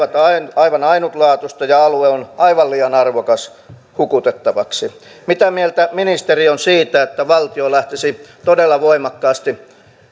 aivan ainutlaatuista ja alue on aivan liian arvokas hukutettavaksi mitä mieltä ministeri on siitä että valtio lähtisi todella voimakkaasti